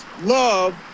love